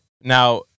Now